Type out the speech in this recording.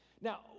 Now